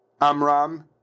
Amram